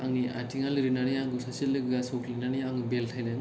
आंनि आइथिंआ लोरिनानै आंखौ सासे लोगोआ सौख्लायनानै आं बेल्थायदों